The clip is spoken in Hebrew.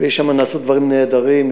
ונעשו שם דברים נהדרים.